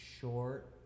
short